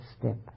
step